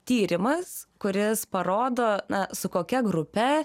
tyrimas kuris parodo su kokia grupe